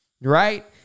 right